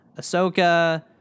Ahsoka